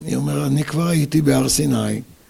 אני אומר, אני כבר הייתי בהר סיני.